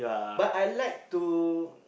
but I like to